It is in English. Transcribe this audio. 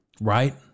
Right